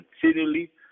continually